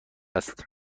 است